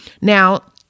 Now